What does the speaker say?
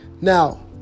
Now